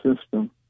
system